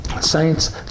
Saints